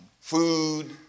food